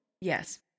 yes